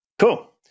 Cool